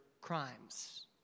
crimes